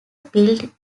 built